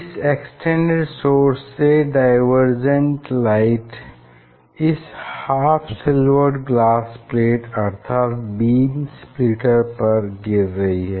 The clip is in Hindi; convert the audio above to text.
इस एक्सटेंडेड सोर्स से डाईवरजेंट लाइट इस हाफ सिलवर्ड ग्लास प्लेट अर्थात बीम स्प्लिटर पर गिर रही है